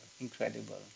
incredible